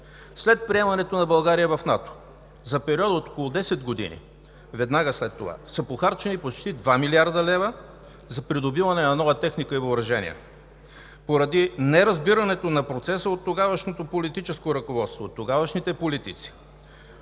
След приемането на България в НАТО, за период от около десет години веднага след това, са похарчени почти 2 млрд. лв. за придобиване на нова техника и въоръжение. Поради неразбирането на процеса от тогавашното политическо ръководство, от тогавашните политици,